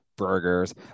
burgers